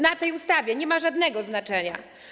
Dla tej ustawy nie ma żadnego znaczenia.